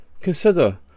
consider